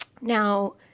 Now